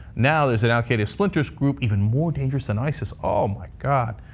now, there's an al qaeda splinters group even more dangerous than isis. oh, my god.